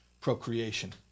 procreation